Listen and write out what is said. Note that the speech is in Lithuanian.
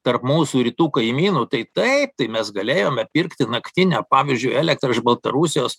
tarp mūsų rytų kaimynų tai taip tai mes galėjome pirkti naktinę pavyzdžiui elektrą iš baltarusijos